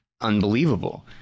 unbelievable